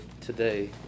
today